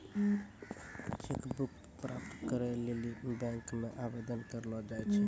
cheque book प्राप्त करै लेली बैंक मे आवेदन करलो जाय छै